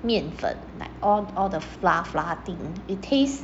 面粉: mian fen like all all the flour flour thing it taste